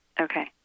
Okay